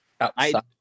outside